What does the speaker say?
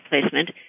placement